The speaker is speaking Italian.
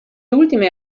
ultime